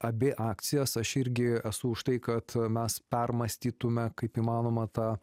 abi akcijas aš irgi esu už tai kad mes permąstytumėme kaip įmanoma tą